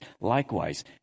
Likewise